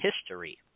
history